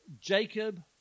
Jacob